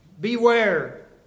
Beware